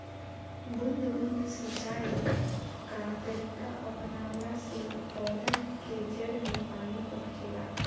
बूंद बूंद सिंचाई कअ तरीका अपनवला से पौधन के जड़ में पानी पहुंचेला